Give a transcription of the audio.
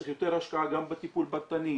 צריך יותר השקעה גם בטיפול פרטני,